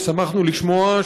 ושמחנו לשמוע,